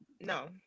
no